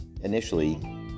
initially